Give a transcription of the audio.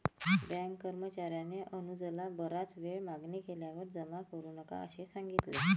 bank कर्मचार्याने अनुजला बराच वेळ मागणी केल्यावर जमा करू नका असे सांगितले